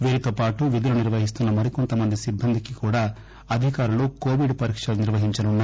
వీరితో పాటు విధులు నిర్వహిస్తున్న మరికొంత మంది సిబ్బందికి కూడా అధికారులు కొవిడ్ పరిక్షలు నిర్వహించనున్నారు